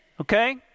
okay